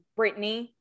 Britney